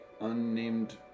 unnamed